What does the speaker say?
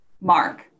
mark